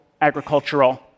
agricultural